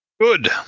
Good